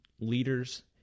leaders